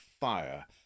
fire